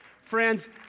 Friends